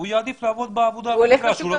הוא יעדיף לעבוד בעבודה אחרת - כשהוא לא